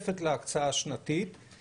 בנוסף להצגת החומר עצמו יש הרבה סיכומים בתוך